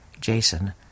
Jason